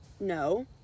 no